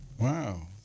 Wow